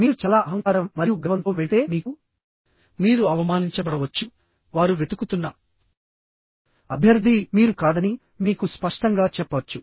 మీరు చాలా అహంకారం మరియు గర్వంతో వెళితే మీకు ఖచ్చితంగా గొప్ప పతనం ఉంటుంది మీరు అవమానించబడవచ్చు మీరు అవమానించబడవచ్చు వారు వెతుకుతున్న అభ్యర్థి మీరు కాదని మీకు స్పష్టంగా చెప్పవచ్చు